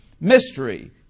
Mystery